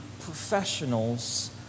professionals